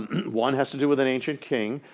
one has to do with an ancient king,